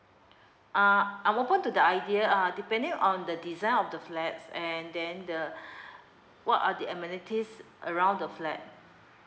uh I'm open to the idea uh depending on the design of the flats and then the what are the amenities around the flat